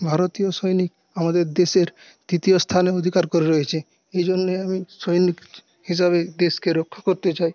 ভারতীয় সৈনিক আমাদের দেশের তৃতীয় স্থান অধিকার করে রয়েছে এ জন্যে আমি সৈনিক হিসাবে দেশকে রক্ষা করতে চাই